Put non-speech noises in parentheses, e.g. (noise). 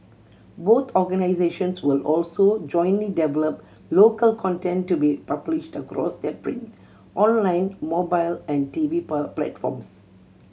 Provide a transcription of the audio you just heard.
both organisations will also jointly develop local content to be published across their print online mobile and TV (unintelligible) platforms